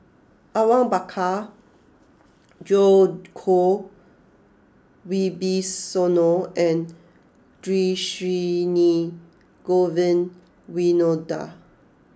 Awang Bakar Djoko Wibisono and Dhershini Govin Winodan